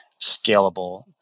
scalable